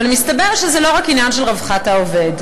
אבל מסתבר שזה לא רק עניין של רווחת העובד,